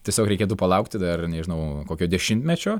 tiesiog reikėtų palaukti dar nežinau kokio dešimtmečio